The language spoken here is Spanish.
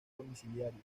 domiciliario